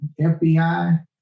FBI